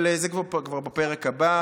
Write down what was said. זה כבר בפרק הבא.